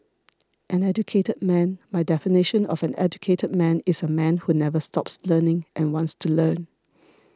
an educated man my definition of an educated man is a man who never stops learning and wants to learn